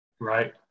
Right